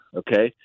okay